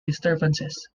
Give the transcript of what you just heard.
disturbances